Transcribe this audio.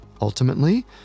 Ultimately